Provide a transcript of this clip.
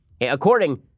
According